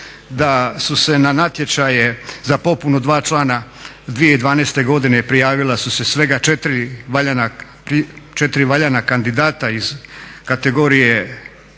da su se na natječaje za popunu dva člana 2012. godine prijavila svega 4 valjana kandidata iz kategorije